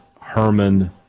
Herman